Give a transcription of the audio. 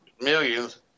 millions